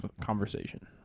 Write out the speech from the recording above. conversation